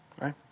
right